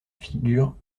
figure